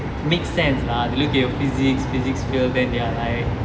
make sense lah they look at your physics physics fail then they are like